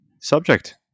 subject